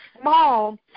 small